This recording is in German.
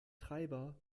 treiber